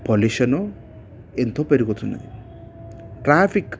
pollution ఎంతో పెరుగుతుంది traffic